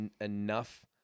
enough